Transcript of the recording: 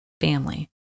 family